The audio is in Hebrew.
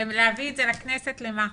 ולהביא את זה לכנסת, לשם מה?